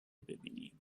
ببینیم